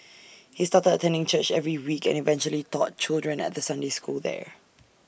he started attending church every week and eventually taught children at the Sunday school there